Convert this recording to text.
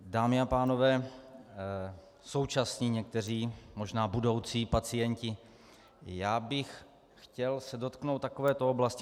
Dámy a pánové, současní někteří, možná budoucí pacienti, chtěl bych se dotknout takovéto oblasti.